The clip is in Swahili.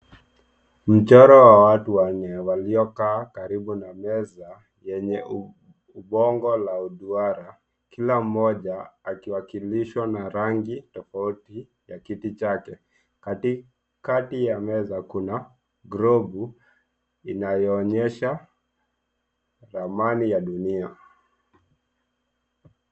Mchoro wa watu wanne waliokaa karibu na meza yenye ubongo la duara. Kila mmoja akiwakilishwa na rangi tofauti ya kiti chake. Katikati ya meza kuna globu inayoonyesha ramani ya dunia.